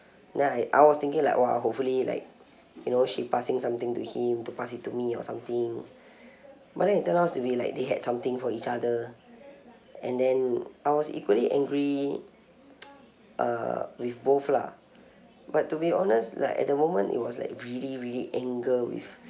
then I I was thinking like !wah! hopefully like you know she passing something to him to pass it to me or something but then it turn outs to be like they had something for each other and then I was equally angry uh with both lah but to be honest like at the moment it was like really really anger with